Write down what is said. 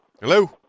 Hello